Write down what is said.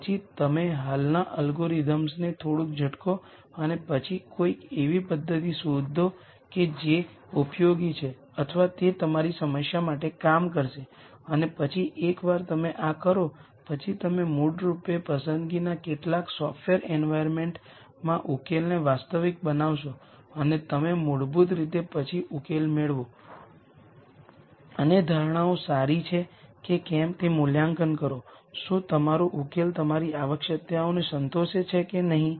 તેથી ν₂ અને v3 matrix Aના કોલમ સ્પેસ માટે એક બેઝિક બનાવે છે તેથી બનાવે માટે અમારી પાસે A x λ X છે અને અમે મોટે ભાગે આ લેકચરમાં સિમેટ્રિક મેટ્રિક્સ પર ધ્યાન કેન્દ્રિત કર્યું